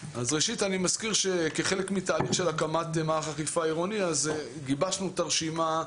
אני מזכיר שכחלק מתהליך של הקמת מערך אכיפה עירוני גיבשנו את הרשימה.